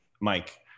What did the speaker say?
Mike